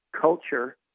culture